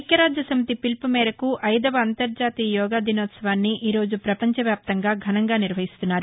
ఇక్యరాజ్యసమితి పిలుపు మేరకు అయిదవ అంతర్జాతీయ యోగా దినోత్సవాన్ని ఈ రోజు ప్రపంచవ్యాప్తంగా ఘనంగా నిర్వహిస్తున్నారు